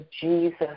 Jesus